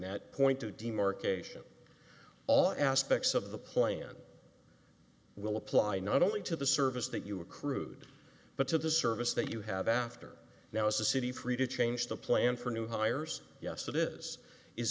that point to demarcation all aspects of the plan will apply not only to the service that you are crude but to the service that you have after now is the city free to change the plan for new hires yes that is is